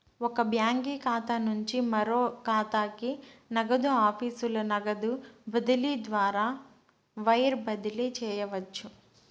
ఒక బాంకీ ఖాతా నుంచి మరో కాతాకి, నగదు ఆఫీసుల నగదు బదిలీ ద్వారా వైర్ బదిలీ చేయవచ్చు